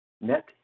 net